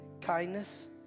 kindness